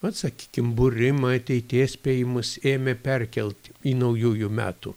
vat sakykim būrimą ateities spėjimus ėmė perkelt į naujųjų metų